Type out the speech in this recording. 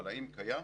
אבל האם קיים?